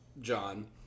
John